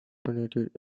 denominated